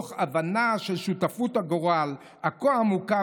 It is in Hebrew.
מתוך הבנה של שותפות הגורל הכה-עמוקה